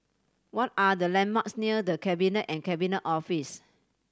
what are the landmarks near The Cabinet and Cabinet Office